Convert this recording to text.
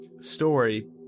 story